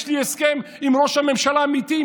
יש לי הסכם עם ראש הממשלה האמיתי,